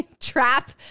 trap